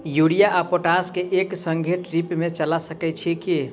Urea आ potash केँ एक संगे ड्रिप मे चला सकैत छी की?